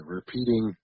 Repeating